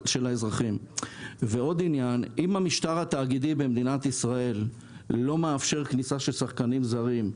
אם המשטר התאגידי בישראל לא מאפשר כניסה של שחקנים זרים,